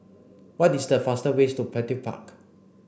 what is the fastest ways to Petir Park